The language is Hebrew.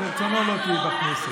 בכנסת, ברצונו לא תהיי בכנסת.